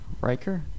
Riker